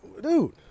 dude